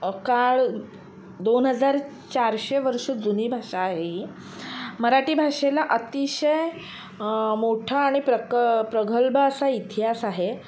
काळ दोन हजार चारशे वर्षं जुनी भाषा आहे मराठी भाषेला अतिशय मोठं आणि प्रक प्रगल्भ असा इतिहास आहे